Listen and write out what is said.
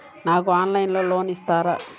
నాకు ఆన్లైన్లో లోన్ ఇస్తారా?